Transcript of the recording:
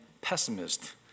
pessimist